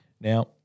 Now